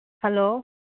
hello